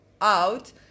out